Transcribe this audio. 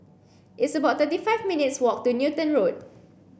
it's about thirty five minutes' walk to Newton Road